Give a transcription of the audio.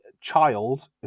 child